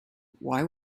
why